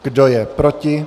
Kdo je proti?